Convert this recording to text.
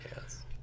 Yes